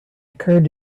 occurred